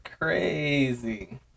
crazy